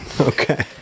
Okay